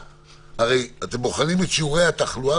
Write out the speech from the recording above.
אני מסתכלת גם על שיעור התחלואה